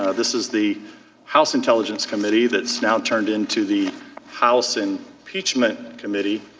ah this is the house intelligence committee that's now turned into the house and impeachment committee.